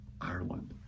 Ireland